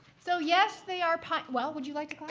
so, yes, they are pi well, would you like to